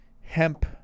hemp